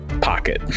pocket